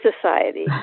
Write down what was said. Society